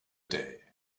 day